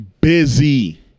busy